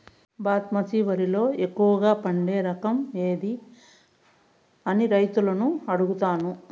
బాస్మతి వరిలో ఎక్కువగా పండే రకం ఏది అని రైతులను అడుగుతాను?